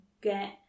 get